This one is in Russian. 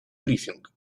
брифинг